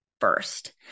first